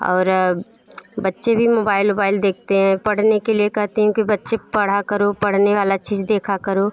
और बच्चे भी मूबैल ओबैल देखते हैं पढ़ने के लिए कहते हैं कि बच्चे पढ़ा करो पढ़ने वाली चीज़ देखा करो